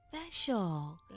special